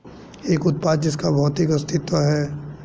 एक उत्पाद जिसका भौतिक अस्तित्व है?